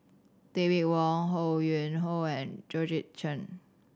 David Wong Ho Yuen Hoe and Georgette Chen